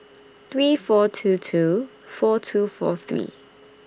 three four two two four two four three